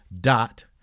dot